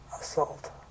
Assault